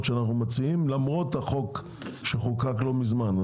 שאנחנו מציעים למרות החוק שחוקק לא מזמן.